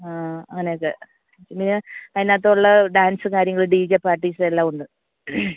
ആ അങ്ങനെയൊക്കെ പിന്നെ അതിനകത്തുള്ള ഡാൻസ് കാര്യങ്ങൾ ഡി ജെ പാർട്ടീസ് എല്ലാം ഉണ്ട്